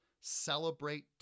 Celebrate